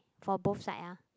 for both side ah